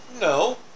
No